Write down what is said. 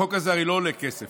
החוק הזה הרי לא עולה כסף.